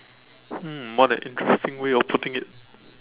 hmm what an interesting way of putting it